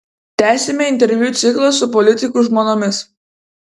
tęsiame interviu ciklą su politikų žmonomis